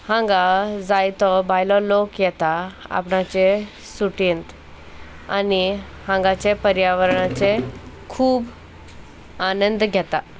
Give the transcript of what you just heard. हांगा जायतो बायलो लोक येता आपणाचे सुटींत आनी हांगाचें पर्यावरणाचे खूब आनंद घेता